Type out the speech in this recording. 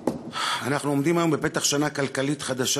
אנחנו עומדים היום בפתח שנה כלכלית חדשה,